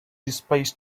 displays